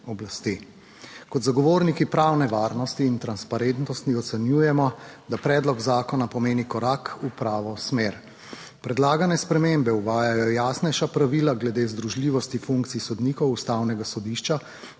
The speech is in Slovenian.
sodnelasti kot zagovorniki pravne varnosti in transparentnosti ocenjujemo, da predlog zakona pomeni korak v pravo smer. Predlagane spremembe uvajajo jasnejša pravila glede združljivosti funkcij sodnikov Ustavnega sodišča,